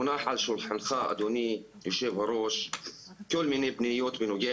מונח על שולחנך אדוני יושב הראש כל מיני פניות בנוגע